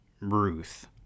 Ruth